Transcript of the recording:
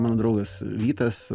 mano draugas vytas